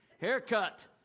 haircut